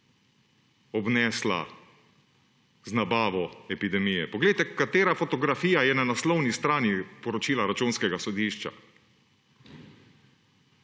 obnesla z nabavo epidemije. Poglejte, katera fotografija je na naslovni strani poročila Računskega sodišča.